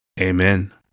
amen